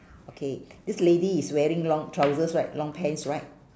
okay this lady is wearing long trousers right long pants right